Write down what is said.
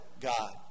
God